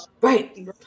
Right